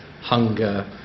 hunger